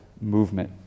movement